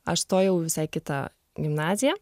aš stojau visai į kitą gimnaziją